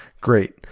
great